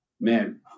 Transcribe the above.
man